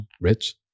rich